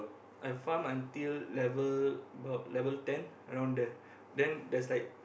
I farm until level about level ten around there then there's like